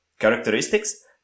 characteristics